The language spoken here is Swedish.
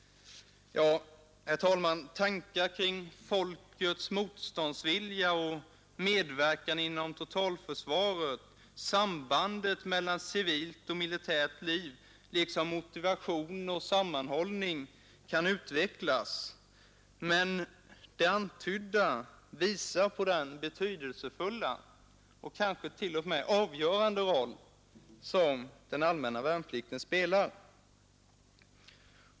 Tankar kring folkets motståndsvilja och medverkan inom totalförsvaret, sambandet mellan civilt och militärt liv, liksom motivation och sammanhållning kan utvecklas. Men det antydda visar på den betydelsefulla och kanske t.o.m. avgörande roll som den allmänna värnplikten spelar.